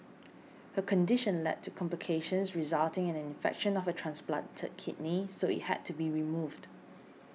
her condition led to complications resulting in an infection of her transplanted kidney so it had to be removed